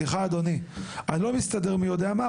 סליחה אדוני, אני לא מסתדר מי יודע מה.